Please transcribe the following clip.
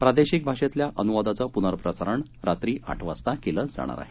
प्रादेशिक भाषेतल्या अनुवादाचं पुनःप्रसारण रात्री आठ वाजता केलं जाणार आहे